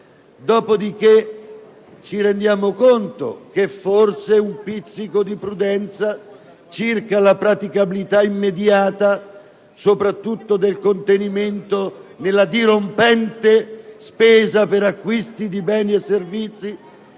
Dopodiché ci rendiamo conto che forse un pizzico di prudenza circa la praticabilità immediata, soprattutto del contenimento della dirompente spesa per acquisto di beni e servizi